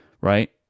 right